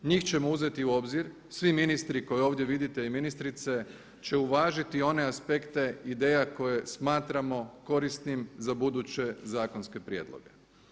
Njih ćemo uzeti u obzir, svi ministri koje ovdje vidite i ministrice će uvažiti one aspekte ideja koje smatramo korisnim za buduće zakonske prijedloge.